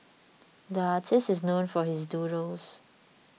the artist is known for his doodles